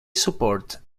supported